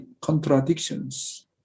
contradictions